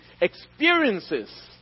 experiences